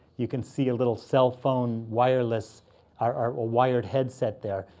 you can see a little cell phone wireless or or wired headset there.